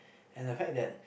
and the fact that